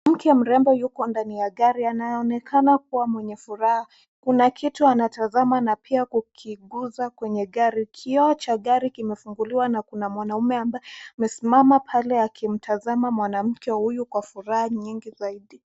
Mwanamke mrembo yuko ndani gari . Anaonekana kuwa mwenye furaha. Kuna kitu anatazama na pia kukiguza kwenye gari. Kioo cha gari kimefunguliwa na kuna mwanaume ambaye amesimama pale akimtazama mwanamke huyu kwa furaha nyingi zaidi.